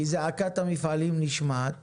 כי זעקת המפעלים נשמעת